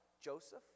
Joseph